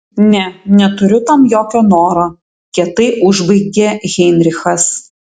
ne neturiu tam jokio noro kietai užbaigė heinrichas